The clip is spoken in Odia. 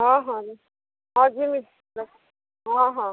ହଁ ହଁ ଆଉ ଯିମି ରଖଛେ ହଁ ହଁ